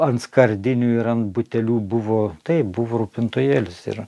ant skardinių ir ant butelių buvo taip buvo rūpintojėlis yra